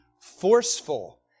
forceful